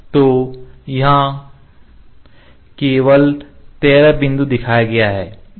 तो यहां केवल 13 बिंदु दिखाया गया है